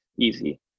easy